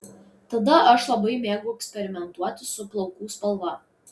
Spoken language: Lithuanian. tada aš labai mėgau eksperimentuoti su plaukų spalva